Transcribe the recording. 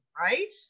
right